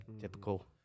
typical